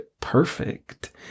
perfect